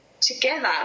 together